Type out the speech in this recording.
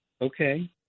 Okay